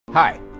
Hi